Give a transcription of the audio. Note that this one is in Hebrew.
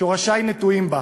שורשי נטועים בה.